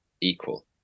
equal